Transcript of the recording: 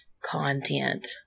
content